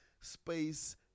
space